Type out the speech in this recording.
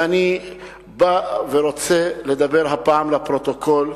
ואני רוצה הפעם לדבר לפרוטוקול,